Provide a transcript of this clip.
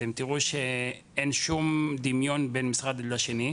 אתם תראו שאין שום דמיון בין משרד אחד לשני,